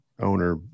owner